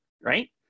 right